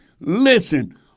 listen